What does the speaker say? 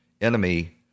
enemy